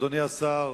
אדוני השר,